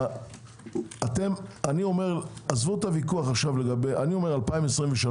עזבו את הוויכוח - 2023,